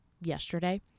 yesterday